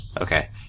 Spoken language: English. Okay